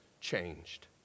changed